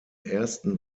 ersten